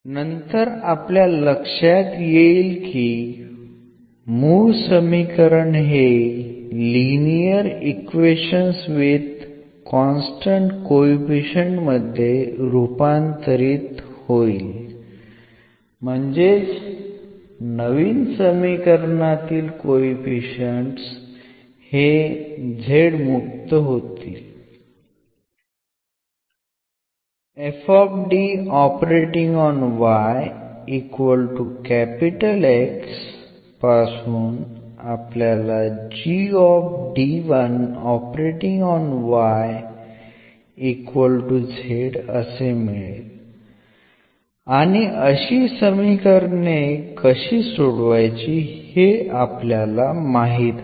नंतर आपल्या लक्षात येईल की मूळ समीकरण हे linear equations with constant coefficient मध्ये रूपांतरित होईल म्हणजेच नवीन समीकरणातील कोएफिशिअंट हे Z मुक्त होतील आणि अशी समीकरणे कशी सोडवायची हे आपल्याला माहित आहे